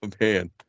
man